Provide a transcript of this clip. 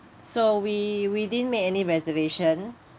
so we we didn't make any reservation